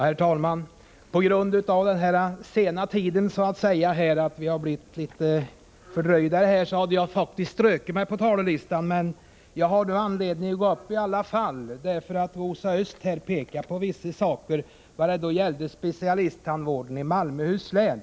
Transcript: Herr talman! Av tidsskäl-— vi har ju blivit litet fördröjda — hade jag faktiskt strukit mitt namn på talarlistan. Jag fick emellertid nu anledning att ändå gå upp i talarstolen, eftersom Rosa Östh pekade på vissa saker vad gäller specialisttandvården i Malmöhus län.